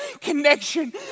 connection